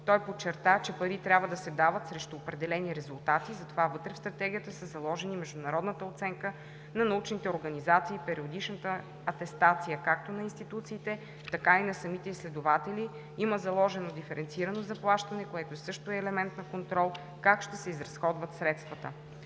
Той подчерта, че пари трябва да се дават срещу определени резултати, затова вътре в Стратегията са заложени международната оценка на научните организации, периодичната атестация както на институциите, така и на самите изследователи, има заложено диференцирано заплащане, което също е елемент на контрол как ще се изразходват средствата.